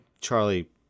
charlie